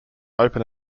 open